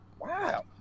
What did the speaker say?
wow